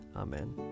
Amen